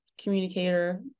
communicator